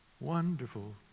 Wonderful